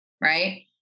right